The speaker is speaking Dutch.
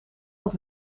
had